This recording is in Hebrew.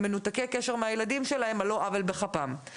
מנותקי קשר מהילדים שלהם על לא עוול בכפם.